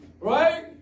right